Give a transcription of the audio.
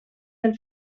del